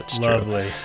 lovely